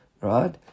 right